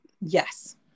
Yes